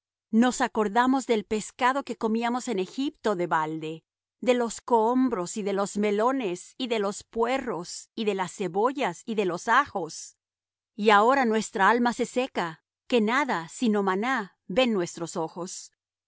nos acordamos del pescado que comíamos en egipto de balde de los cohombros y de los melones y de los puerros y de las cebollas y de los ajos y ahora nuestra alma se seca que nada sino maná ven nuestros ojos